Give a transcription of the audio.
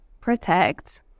PROTECT